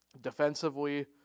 defensively